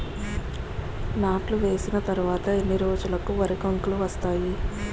నాట్లు వేసిన తర్వాత ఎన్ని రోజులకు వరి కంకులు వస్తాయి?